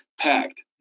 packed